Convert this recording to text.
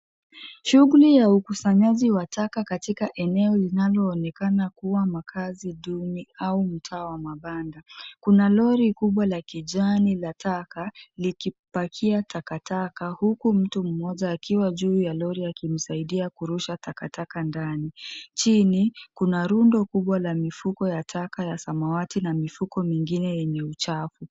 Shuguli ya ukusanyaji wa taka katika eneo linaloonekana kuwa makaazi duni au mtaa wa mabanda, kuna lori kubwa la kijani la taka likipakia takataka huku mtu mmoja akiwa juu ya lori akimsaidia kurusha takataka ndani, Chini kuna rundo kubwa ya mifuko ya taka ya samawati na mifuko ingine enye uchafu.